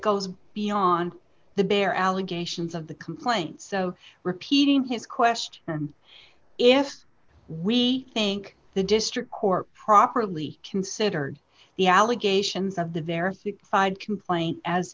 goes beyond the bare allegations of the complaint so repeating his quest if we think the district court properly considered the allegations of the verified fide complaint as